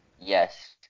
Yes